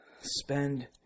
spend